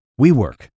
WeWork